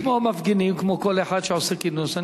זה כמו המפגינים וכמו כל אחד שעושה כינוס.